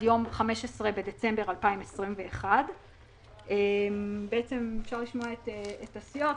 יום 15 בדצמבר 2021. אפשר לשמוע את הסיעות.